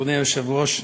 אדוני היושב-ראש,